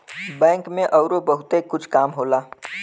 bank में अउरो बहुते कुछ काम होला